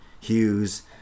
Hughes